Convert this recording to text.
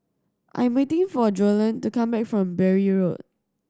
I'm waiting for Joellen to come back from Bury Road